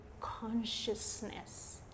consciousness